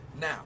Now